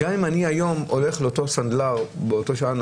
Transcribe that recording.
גם אם אני היום הולך לאותו סנדלר באותה שנה,